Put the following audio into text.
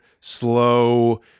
slow